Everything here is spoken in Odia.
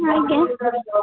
ଆଜ୍ଞା